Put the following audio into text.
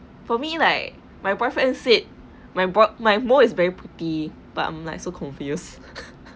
for me like my boyfriend said my boy my mole is very pretty but I'm like so confused